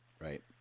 Right